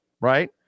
Right